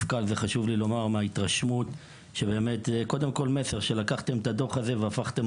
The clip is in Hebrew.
חשוב לי לומר למפכ"ל שמההתרשמות שלי אתם לקחתם את הדוח הזה והפכתם